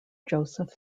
joseph